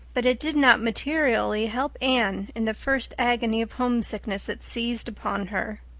but it did not materially help anne in the first agony of homesickness that seized upon her.